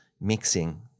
mixing